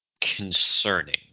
concerning